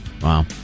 wow